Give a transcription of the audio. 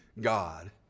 God